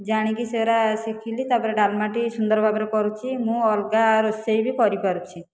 ଜାଣିକି ସେରା ଶିଖିଲି ତାପରେ ଡାଲମାଟି ସୁନ୍ଦର ଭାବରେ କରୁଛି ମୁଁ ଅଲଗା ରୋଷେଇ ବି କରିପାରୁଛି